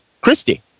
Christy